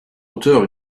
hauteur